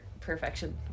perfection